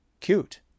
Cute